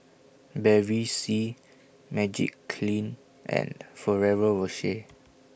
Bevy C Magiclean and Ferrero Rocher